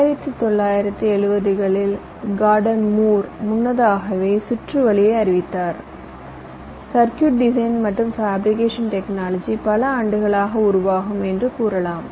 1970 களில் Gordon Moore முன்னதாகவே சுற்று வழியை அறிவித்தார் சர்க்யூட் டிசைன் மற்றும் ஃபேபிரிகேஷன் டெக்னாலஜி பல ஆண்டுகளாக உருவாகும் என்று கூறலாம்